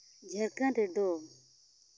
ᱡᱷᱟᱲᱠᱷᱚᱸᱰ ᱨᱮᱫᱚ